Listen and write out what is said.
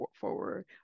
forward